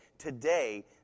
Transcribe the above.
today